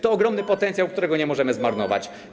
To ogromny potencjał, którego nie możemy zmarnować.